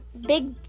big